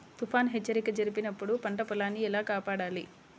తుఫాను హెచ్చరిక జరిపినప్పుడు పంట పొలాన్ని ఎలా కాపాడాలి?